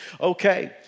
Okay